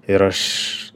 ir aš